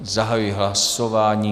Zahajuji hlasování.